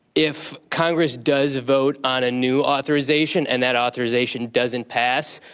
if congress does vote on a new authorization and that authorization doesn't pass,